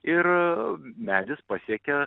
ir medis pasiekia